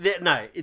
No